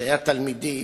שהיה תלמידי,